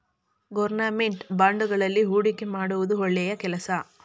government ಬಾಂಡುಗಳಲ್ಲಿ ಹೂಡಿಕೆ ಮಾಡುವುದು ಒಳ್ಳೆಯ ಕೆಲಸ